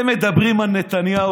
הם מדברים על נתניהו.